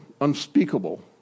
unspeakable